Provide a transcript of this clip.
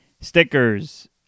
stickers